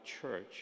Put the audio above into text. church